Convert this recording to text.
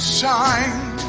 shine